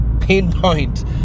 pinpoint